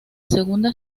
segunda